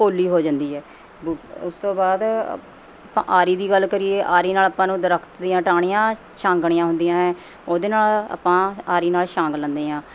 ਪੋਲੀ ਹੋ ਜਾਂਦੀ ਹੈ ਬੁ ਉਸ ਤੋਂ ਬਾਅਦ ਅ ਆਪਾਂ ਆਰੀ ਦੀ ਗੱਲ ਕਰੀਏ ਆਰੀ ਨਾਲ ਆਪਾਂ ਨੂੰ ਦਰਖਤ ਦੀਆਂ ਟਾਹਣੀਆਂ ਛਾਂਗਣੀਆਂ ਹੁੰਦੀਆਂ ਹੈ ਉਹਦੇ ਨਾਲ ਆਪਾਂ ਆਰੀ ਨਾਲ ਛਾਂਗ ਲੈਂਦੇ ਹਾਂ